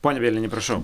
pone bielini prašau